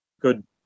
good